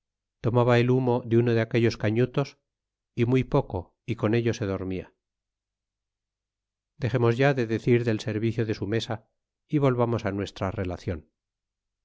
tomaba el humo de uno de aquellos cañutos y muy poco y con ello se dormia dexemos ya de decir del servicio de su mesa y volvamos nuestra relacion